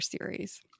series